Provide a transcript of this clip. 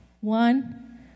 one